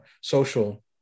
social